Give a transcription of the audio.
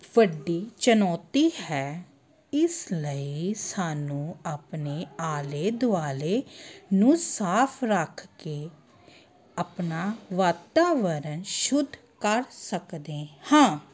ਵੱਡੀ ਚੁਣੌਤੀ ਹੈ ਇਸ ਲਈ ਸਾਨੂੰ ਆਪਣੇ ਆਲੇ ਦੁਆਲੇ ਨੂੰ ਸਾਫ਼ ਰੱਖ ਕੇ ਆਪਣਾ ਵਾਤਾਵਰਨ ਸ਼ੁੱਧ ਕਰ ਸਕਦੇ ਹਾਂ